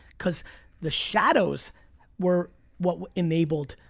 cause the shadows were what enabled.